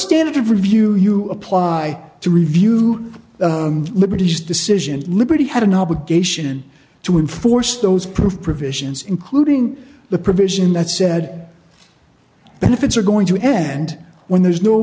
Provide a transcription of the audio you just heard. standard of review you apply to review liberties decision liberty had an obligation to enforce those prove provisions including the provision that said benefits are going to end when there's no